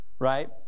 Right